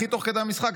הכי תוך כדי המשחק.